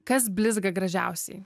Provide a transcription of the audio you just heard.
kas blizga gražiausiai